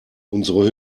unsere